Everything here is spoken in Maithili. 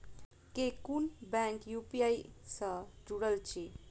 केँ कुन बैंक यु.पी.आई सँ जुड़ल अछि?